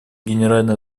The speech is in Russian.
генеральной